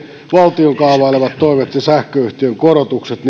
valtion kaavailemat toimet ja sähköyhtiön korotukset